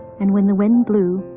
and when the wind blew,